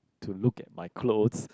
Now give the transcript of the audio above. to look at my clothes